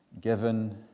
given